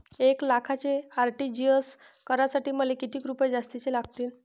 एक लाखाचे आर.टी.जी.एस करासाठी मले कितीक रुपये जास्तीचे लागतीनं?